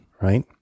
right